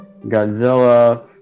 Godzilla